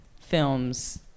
films